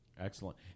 Excellent